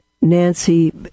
Nancy